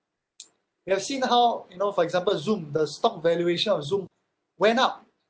you've seen how you know for example zoom the stock valuation of zoom went up